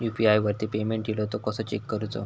UPI वरती payment इलो तो कसो चेक करुचो?